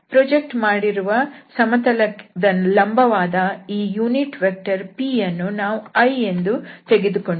project ಮಾಡಿರುವ ಸಮತಲದ ಲಂಬವಾದ ಈ ಏಕಾಂಶ ಸದಿಶ p ಯನ್ನು ನಾವು i ಎಂದು ತೆಗೆದುಕೊಂಡಿದ್ದೇವೆ